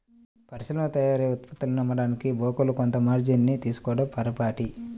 పరిశ్రమల్లో తయారైన ఉత్పత్తులను అమ్మడానికి బ్రోకర్లు కొంత మార్జిన్ ని తీసుకోడం పరిపాటి